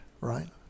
right